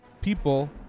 People